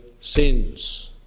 sins